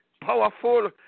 powerful